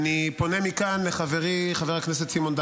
אני צריך לדעת כמה זמן יש לי,